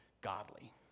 godly